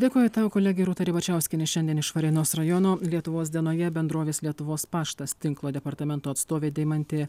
dėkoju tau kolegė rūta ribačiauskienė šiandien iš varėnos rajono lietuvos dienoje bendrovės lietuvos paštas tinklo departamento atstovė deimantė